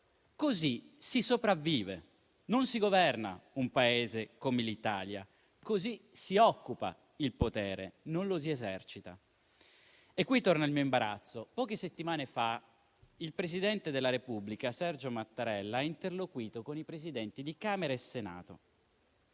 Così si sopravvive, non si governa un Paese come l'Italia; così si occupa il potere, non lo si esercita. Qui torna il mio imbarazzo. Poche settimane fa il Presidente della Repubblica, Sergio Mattarella, ha interloquito con i Presidenti di Camera e Senato